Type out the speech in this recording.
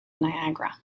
niagara